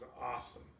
awesome